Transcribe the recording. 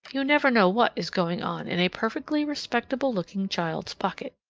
you never know what is going on in a perfectly respectable-looking child's pocket.